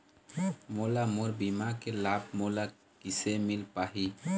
मोला मोर बीमा के लाभ मोला किसे मिल पाही?